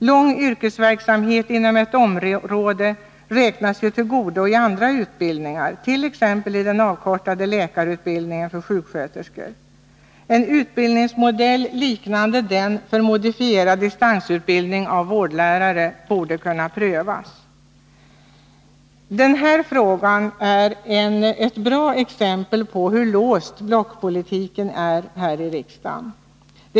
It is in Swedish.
Lång yrkesverksamhet inom ett område räknas ju till godo i andra utbildningar, t.ex. i den avkortade läkarutbildningen för sjuksköterskor. En utbildningsmodell liknande den för modifierad distansutbildning av vårdlärare borde kunna prövas. Den här frågan är ett bra exempel på hur låst blockpolitiken här i riksdagen är i dag. Handlingssättet visar med vilket intresse riksdagsledmöterna följer sjuksköterskornas verklighet.